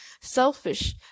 selfish